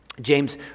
James